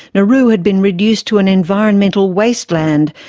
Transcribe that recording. nauru had been reduced to an environmental wasteland,